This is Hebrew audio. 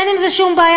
אין עם זה שום בעיה.